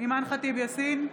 אימאן ח'טיב יאסין,